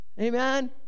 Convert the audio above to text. Amen